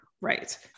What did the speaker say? Right